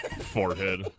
Forehead